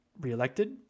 reelected